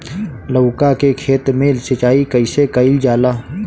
लउका के खेत मे सिचाई कईसे कइल जाला?